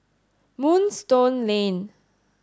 Moonstone Lane